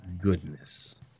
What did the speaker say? goodness